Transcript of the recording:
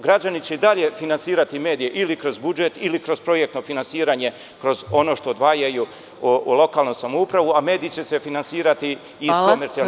Građani će i dalje finansirati medije, ili kroz budžet, ili kroz projektno finansiranje, kroz ono što odvajaju u lokalnu samoupravu, a mediji će se finansirati iz komercionalnih…